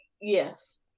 Yes